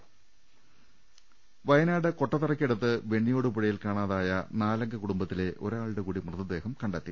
ദർവ്വെടുക വയനാട് കൊട്ടത്തറയ്ക്കടുത്ത് വെണ്ണിയോട് പുഴയിൽ കാണാതായ ട നാലംഗ കുടുംബത്തിലെ ഒരാളുടെകൂടി മൃതദേഹം കണ്ടെത്തി